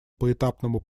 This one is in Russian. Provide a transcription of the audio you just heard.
поэтапному